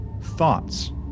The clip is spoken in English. thoughts